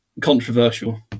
Controversial